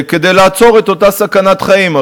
כדי לעצור את אותה סכנת חיים.